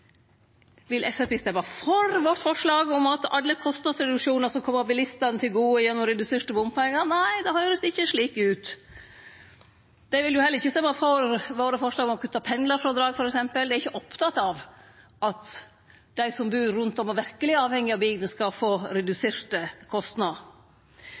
Vil Framstegspartiet stemme for forslaget vårt om at alle kostnadsreduksjonar skal kome bilistane til gode gjennom reduserte bompengar? Nei, det høyrest ikkje slik ut. Dei vil jo heller ikkje stemme for forslaga våre, f.eks. om å kutte pendlarfrådraget. Dei er ikkje opptekne av at dei som bur rundt om og verkeleg er avhengige av bilen, skal få